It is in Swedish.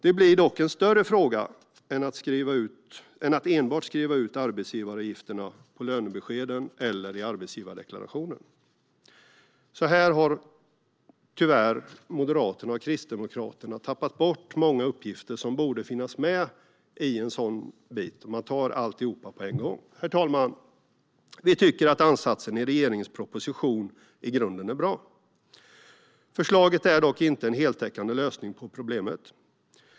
Det blir dock en större fråga än att enbart skriva ut arbetsgivaravgifterna på lönebeskeden eller i arbetsgivardeklarationerna. Här har tyvärr Moderaterna och Kristdemokraterna tappat bort många uppgifter som borde finnas med på ett sådant område om man tar alltihop på en gång. Herr talman! Vi tycker att ansatsen i regeringens proposition i grunden är bra. Förslaget är dock inte en heltäckande lösning på problemet.